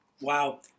Wow